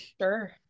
Sure